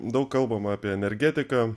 daug kalbama apie energetiką